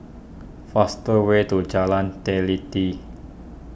fast way to Jalan Teliti